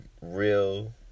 real